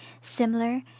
similar